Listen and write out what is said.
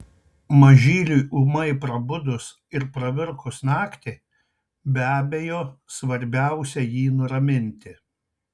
mažyliui ūmai prabudus ir pravirkus naktį be abejo svarbiausia jį nuraminti